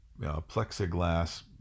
plexiglass